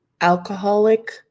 alcoholic